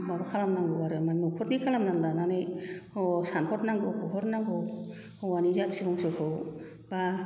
माबा खालामनांगौ आरो माबा न'खरनि खालामना लानानै सानहर नांगौ हर नांगौ हौवानि जाथि बंस'खौ बा